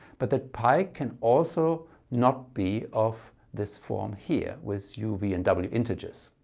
but that pi can also not be of this form here with u, v and w integers.